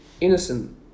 Innocent